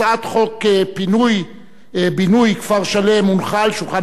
הצעת חוק פינוי-בינוי כפר שלם הונחה על שולחן